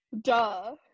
Duh